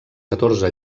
catorze